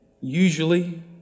usually